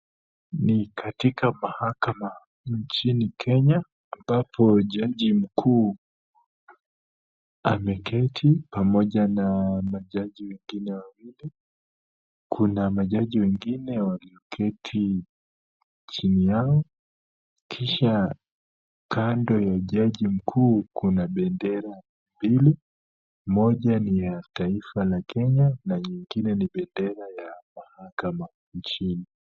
Ni katika mahakama nchini Kenya ambapo jaji mkuu ameketi pamoja naa majaji wengine wawili, kuna majaji wengine walioketi chini yao, kisha kando ya jaji mkuu kuna bendera mbili, moja ni ya taifa la Kenya na nyingine ni bendera ya mahakama nchini.